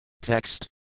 Text